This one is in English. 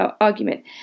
argument